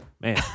man